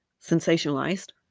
sensationalized